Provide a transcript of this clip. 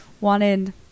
wanted